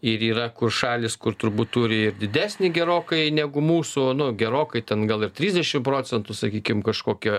ir yra kur šalys kur turbūt turi ir didesnį gerokai negu mūsų nu gerokai ten gal ir trisdešim procentų sakykim kažkokią